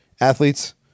athletes